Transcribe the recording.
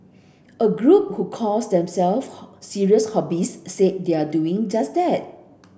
a group who calls them self serious hobbyists say they are doing just that